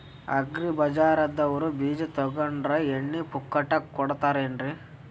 Agri ಬಜಾರದವ್ರು ಬೀಜ ತೊಗೊಂಡ್ರ ಎಣ್ಣಿ ಪುಕ್ಕಟ ಕೋಡತಾರೆನ್ರಿ?